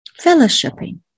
fellowshipping